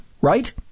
right